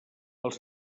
els